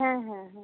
হ্যাঁ হ্যাঁ হ্যাঁ